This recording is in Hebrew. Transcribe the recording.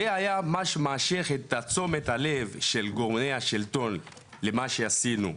זה היה מה שמשך את תשומת הלב של גורמי השלטון למה שעשינו,